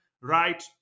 right